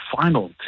final